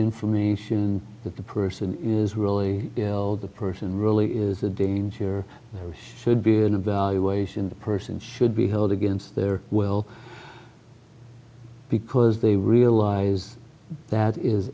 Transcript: information that the person is really the person really is a danger should be an evaluation the person should be held against their will because they realize that is